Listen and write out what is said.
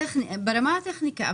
ברמת הטכניקה.